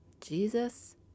Jesus